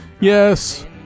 Yes